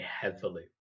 heavily